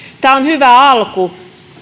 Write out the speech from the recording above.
tämä on hyvä alku